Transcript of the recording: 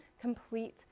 complete